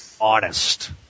honest